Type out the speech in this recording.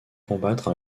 combattre